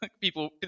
People